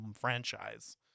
franchise